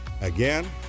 Again